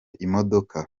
imodoka